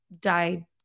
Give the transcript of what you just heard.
died